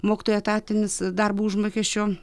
mokytojų etatinis darbo užmokesčio